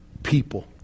People